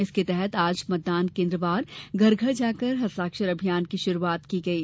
इसके तहत आज मतदान केंद्रवार घर घर जाकर हस्ताक्षर अभियान की शुरुआत की गई